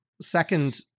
Second